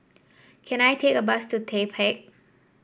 can I take a bus to The Peak